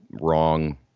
wrong